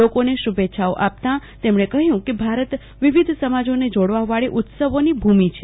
લોકોને શુભેચ્છાઓ આપતા તેમણે કહ્યું કે ભારત વિવિધ સમાજોને જોડવાવાળી ઉત્સવોની ભૂમિ છે